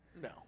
No